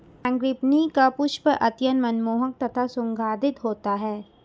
frangipani का पुष्प अत्यंत मनमोहक तथा सुगंधित होता है